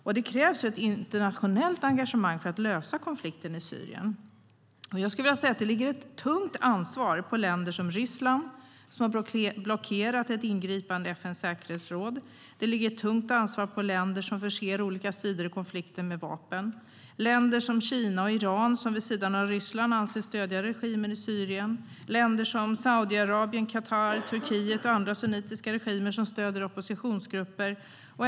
Och det krävs ett internationellt engagemang för att lösa konflikten i Syrien. Jag skulle vilja säga att det ligger ett tungt ansvar på länder som Ryssland, som har blockerat ett ingripande i FN:s säkerhetsråd. Det ligger ett tungt ansvar på länder som förser olika sidor i konflikten med vapen, länder som Kina och Iran, som vid sidan av Ryssland anses stödja regimen i Syrien, och länder som Saudiarabien, Qatar, Turkiet och andra sunnitiska regimer som stöder oppositionsgrupper.